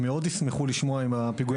הם מאוד ישמחו לשמוע אם הפיגועים האלה פוענחו.